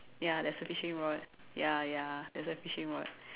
ya there's a fishing rod ya ya there's a fishing rod